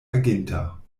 aginta